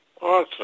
Awesome